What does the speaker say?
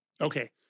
Okay